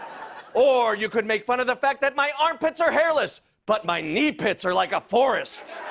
or you could make fun of the fact that my armpits are hairless, but my knee pits are like a forest!